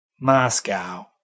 Moscow